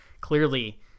clearly